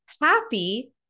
happy